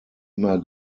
immer